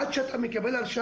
עד שאתה מקבל אותה,